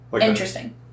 interesting